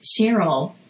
Cheryl